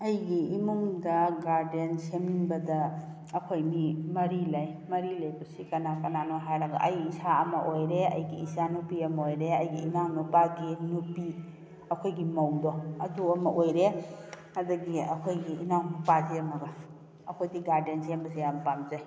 ꯑꯩꯒꯤ ꯏꯃꯨꯡꯗ ꯒꯥꯔꯗꯦꯟ ꯁꯦꯝꯅꯤꯡꯕꯗ ꯑꯩꯈꯣꯏ ꯃꯤ ꯃꯔꯤ ꯂꯩ ꯃꯔꯤ ꯂꯩꯕꯁꯤ ꯀꯅꯥ ꯀꯅꯥꯅꯣ ꯍꯥꯏꯔꯒ ꯑꯩ ꯏꯁꯥ ꯑꯃ ꯑꯣꯏꯔꯦ ꯑꯩꯒꯤ ꯏꯆꯥꯅꯨꯄꯤ ꯑꯃ ꯑꯣꯏꯔꯦ ꯑꯩꯒꯤ ꯏꯅꯥꯎꯅꯨꯄꯥꯒꯤ ꯅꯨꯄꯤ ꯑꯩꯈꯣꯏꯒꯤ ꯃꯧꯗꯣ ꯑꯗꯨ ꯑꯃ ꯑꯣꯏꯔꯦ ꯑꯗꯒꯤ ꯑꯩꯈꯣꯏꯒꯤ ꯏꯅꯥꯎꯅꯨꯄꯥꯁꯤꯡ ꯑꯃꯒ ꯑꯩꯈꯣꯏꯗꯤ ꯒꯥꯔꯗꯦꯟ ꯁꯦꯝꯕꯁꯦ ꯌꯥꯝ ꯄꯥꯝꯖꯩ